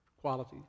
quality